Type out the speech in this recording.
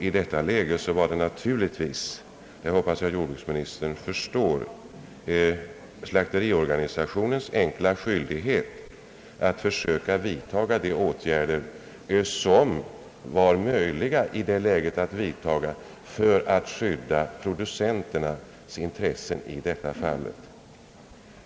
I detta läge var det naturligtvis — det hoppas jag att jordbruksministern förstår — slakteriorganisationens enkla skyldighet att försöka vidtaga de åtgärder som var möjliga för att skydda producenternas intressen härvidlag.